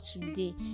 today